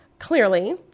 Clearly